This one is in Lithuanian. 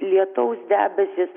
lietaus debesys